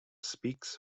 speaks